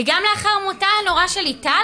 גם לאחר מותה הנורא של ליטל,